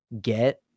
get